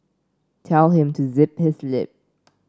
tell him to zip his lip